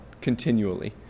continually